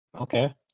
Okay